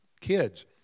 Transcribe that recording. kids